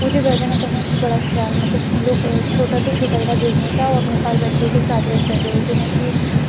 ओह्दी बजह् कन्नै तुसेंगी इक बड़ा शैल मतलब कि छोटा तो छोटा जेह्ड़ा ऐ बिज़नस ओह् घर बैठियै गै स्टार्ट करी सकदे ओ जियां कि